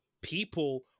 people